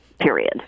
period